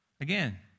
Again